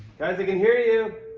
guys, i can hear you.